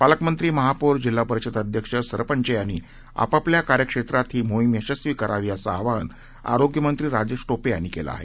पालकमंत्री महापौर जिल्हा परिषद अध्यक्ष सरपंच यांनी आपल्या कार्यक्षेत्रात ही मोहीम यशस्वी करावी असं आवाहन आरोग्यमंत्री राजेश टोपे यांनी केलं आहे